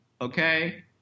Okay